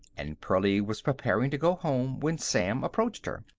and pearlie was preparing to go home when sam approached her.